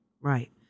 Right